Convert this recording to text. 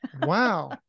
Wow